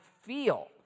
feel